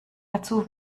dazu